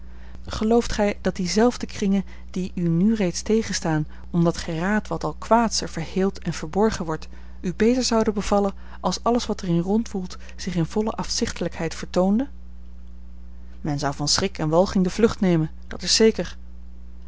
gelooft gij dat diezelfde kringen die u nu reeds tegenstaan omdat gij raadt wat al kwaads er verheeld en verborgen wordt u beter zouden bevallen als alles wat er in rondwoelt zich in volle afzichtelijkheid vertoonde men zou van schrik en walging de vlucht nemen dat is zeker